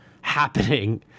happening